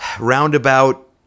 roundabout